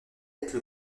être